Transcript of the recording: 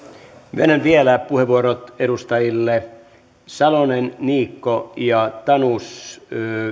myönnän vielä vastauspuheenvuorot edustajille salonen niikko ja tanus